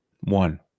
One